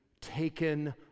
Taken